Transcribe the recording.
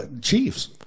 Chiefs